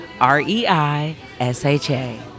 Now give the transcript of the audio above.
r-e-i-s-h-a